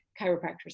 chiropractors